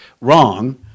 wrong